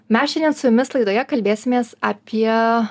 mes šiandien su jumis laidoje kalbėsimės apie